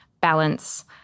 balance